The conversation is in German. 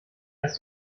erst